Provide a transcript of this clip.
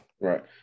right